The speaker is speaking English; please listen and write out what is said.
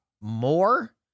more